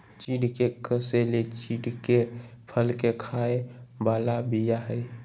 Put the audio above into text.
चिढ़ के कसेली चिढ़के फल के खाय बला बीया हई